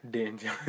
Danger